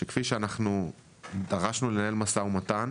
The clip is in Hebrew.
שכפי שדרשנו לנהל משא ומתן,